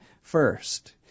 first